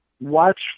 watch